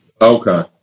Okay